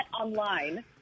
online